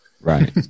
Right